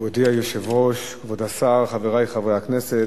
מכובדי היושב-ראש, כבוד השר, חברי חברי הכנסת,